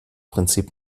prinzip